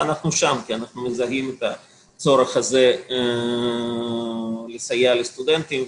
אנחנו שם כי אנחנו מזהים את הצורך הזה לסייע לסטודנטים.